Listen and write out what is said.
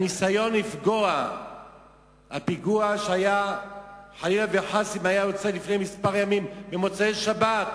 שהיינו חושבים לרגע שצריך לשים איש ביטחון